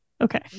Okay